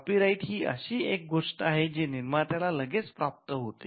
copy right ही अशी एक गोष्ट आहे जी निर्मात्याला लगेच प्राप्त होते